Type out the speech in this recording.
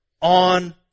on